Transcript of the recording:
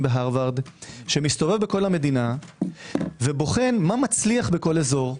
בהרווארד שמסתובב בכל המדינה ובוחן מה מצליח בכל אזור.